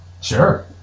Sure